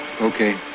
Okay